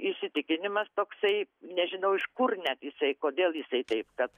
įsitikinimas toksai nežinau iš kur net jisai kodėl jisai taip kad